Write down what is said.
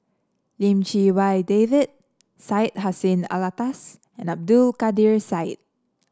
Lim Chee Wai David Syed Hussein Alatas and Abdul Kadir Syed